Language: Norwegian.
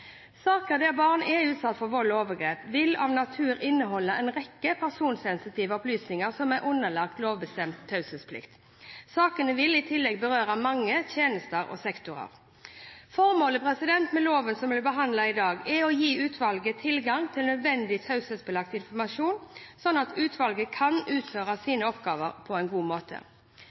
Saker der barn er utsatt for vold og overgrep, vil av natur inneholde en rekke personsensitive opplysninger som er underlagt lovbestemt taushetsplikt. Sakene vil i tillegg berøre mange tjenester og sektorer. Formålet med loven som blir behandlet i dag, er å gi utvalget tilgang til nødvendig taushetsbelagt informasjon, slik at utvalget kan utføre sine oppgaver på en god måte.